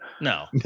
No